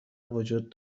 وجود